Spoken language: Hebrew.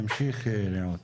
תמשיכי רעות.